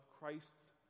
Christ's